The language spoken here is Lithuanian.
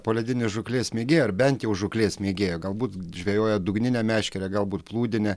poledinės žūklės mėgėjo ar bent jau žūklės mėgėjo galbūt žvejoja dugnine meškere galbūt plūdine